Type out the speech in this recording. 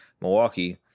Milwaukee